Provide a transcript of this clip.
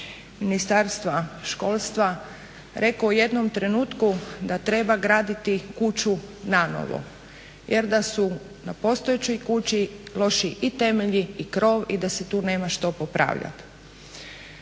Ministarstva školstva rekao u jednom trenutku da treba graditi kuću nanovo jer da su na postojećoj kući loši i temelji i krov i da se tu nema što popravljati.